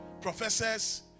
professors